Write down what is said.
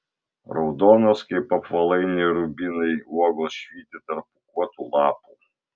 raudonos kaip apvalaini rubinai uogos švyti tarp pūkuotų lapų